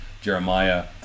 Jeremiah